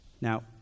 Now